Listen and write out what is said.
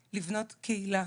היא לבנות קהילה.